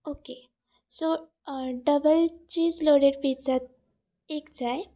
okay so double cheese loaded pizza एक जाय